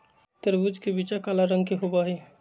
तरबूज के बीचा काला रंग के होबा हई